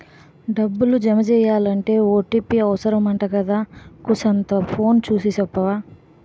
డబ్బులు జమెయ్యాలంటే ఓ.టి.పి అవుసరమంటగదా కూసంతా ఫోను సూసి సెప్పవా